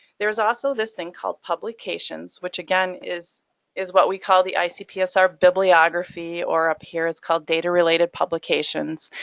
there is also this thing called publications, which again is is what we call the icpsr bibliography or up here it's called data related publications.